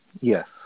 Yes